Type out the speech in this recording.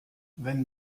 wenn